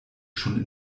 schon